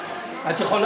את יכולה.